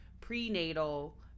prenatal